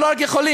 ולא רק יכולים,